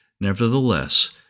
Nevertheless